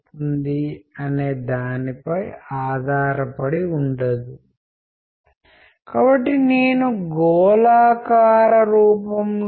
నేను ఉత్తరాలు రాసే వాణ్ని పోస్ట్కార్డులు వేసేవాడిని రెండు పోస్ట్కార్డులు కూడా వేశాను ఒక్కరోజులో